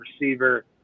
receiver